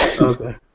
Okay